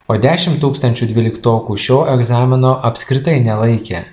o dešim tūkstančių dvyliktokų šio egzamino apskritai nelaikė